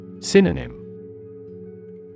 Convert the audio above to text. Synonym